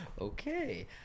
Okay